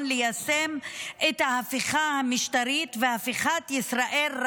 ליישם את ההפיכה המשטרית והפיכת ישראל,